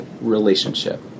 relationship